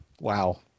wow